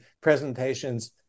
presentations